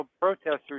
protesters